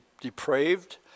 depraved